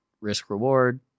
risk-reward